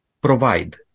provide